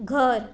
घर